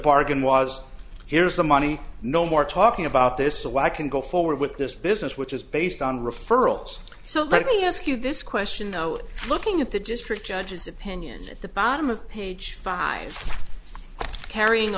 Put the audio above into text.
bargain was here's the money no more talking about this or why i can go forward with this business which is based on referrals so let me ask you this question though looking at the district judges opinions at the bottom of page five carrying